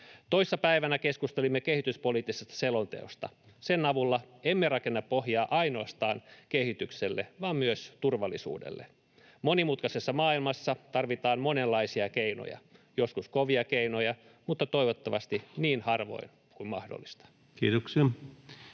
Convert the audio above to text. Toissa päivänä keskustelimme kehityspoliittisesta selonteosta. Sen avulla emme rakenna pohjaa ainoastaan kehitykselle vaan myös turvallisuudelle. Monimutkaisessa maailmassa tarvitaan monenlaisia keinoja — joskus kovia keinoja, mutta toivottavasti niin harvoin kuin mahdollista. Kiitoksia.